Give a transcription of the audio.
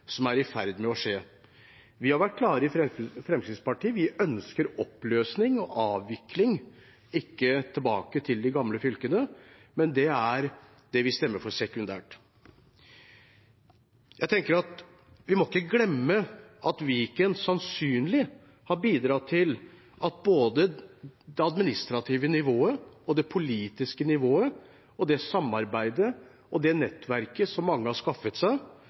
som er i ferd med å skje? Vi i Fremskrittspartiet har vært klare. Vi ønsker oppløsning og avvikling. Vi ønsker oss ikke tilbake til de gamle fylkene, men det er det vi stemmer for sekundært. Jeg tenker at vi ikke må glemme at Viken sannsynligvis har bidratt til at både det administrative nivået og det politiske nivået, det samarbeidet og det nettverket som mange har skaffet seg,